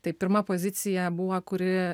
tai pirma pozicija buvo kuri